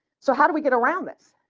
so how do we get around this?